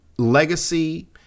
Legacy